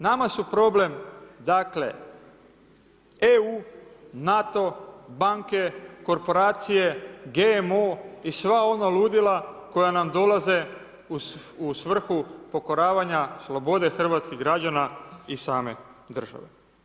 Nama su problem EU, NATO, banke, korporacije, GMO i sva ona ludila koja nam dolaze u svrhu pokoravanja slobode hrvatskih građana i same države.